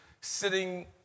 sitting